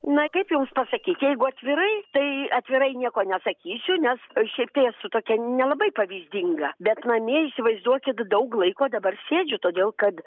na kaip jums pasakyti jeigu atvirai tai atvirai nieko nesakysiu nes aš ir taip esu tokia nelabai pavyzdinga bet namie įsivaizduokit daug laiko dabar sėdžiu todėl kad